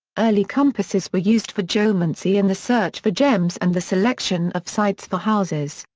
early compasses were used for geomancy in the search for gems and the selection of sites for houses,